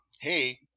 Hey